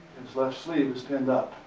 left sleeve is pinned up.